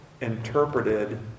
interpreted